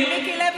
מיקי לוי?